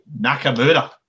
Nakamura